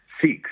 six